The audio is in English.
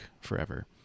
forever